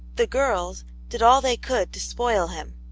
the girls did all they could to spoil him,